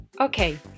okay